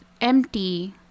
empty